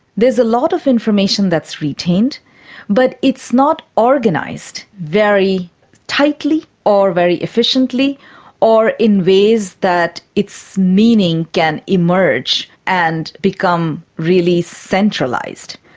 there's a lot of information that's retained but it's not organised very tightly or very efficiently or in ways that its meaning can emerge and become really centralised.